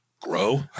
Grow